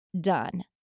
done